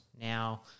Now